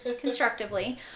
constructively